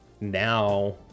now